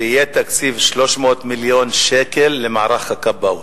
שיהיה תקציב של 300 מיליון שקל למערך הכבאות,